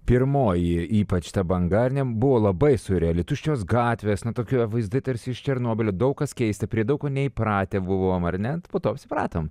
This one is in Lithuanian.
pirmoji ypač ta banga ar ne buvo labai siurreali tuščios gatvės na tokie vaizdai tarsi iš černobylio daug kas keista prie daug ko neįpratę buvom ar ne po to apsipratom